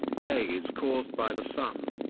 day is caused by the sun,